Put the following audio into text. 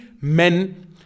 men